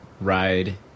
ride